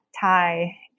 Thai